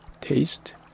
taste